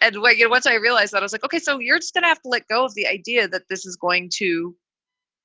anyway. you know, once i realized that was it. like okay, so you're going to have to let go of the idea that this is going to